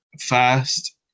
first